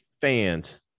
Fans